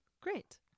Great